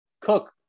Cook